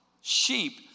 sheep